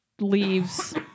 leaves